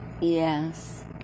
Yes